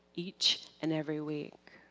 each and every week.